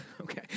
Okay